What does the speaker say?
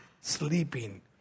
Sleeping